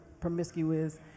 promiscuous